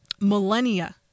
millennia